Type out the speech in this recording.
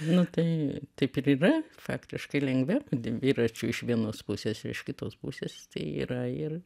nu tai taip ir yra faktiškai lengviau dviračiu iš vienos pusės iš kitos pusės tai yra ir